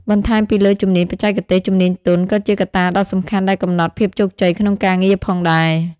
បន្ថែមពីលើជំនាញបច្ចេកទេស ជំនាញទន់ ក៏ជាកត្តាដ៏សំខាន់ដែលកំណត់ភាពជោគជ័យក្នុងការងារផងដែរ។